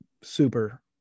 super